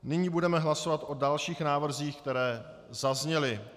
Nyní budeme hlasovat o dalších návrzích, které zazněly.